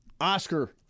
Oscar